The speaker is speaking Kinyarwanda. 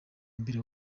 mbere